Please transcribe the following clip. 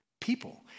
people